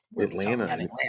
Atlanta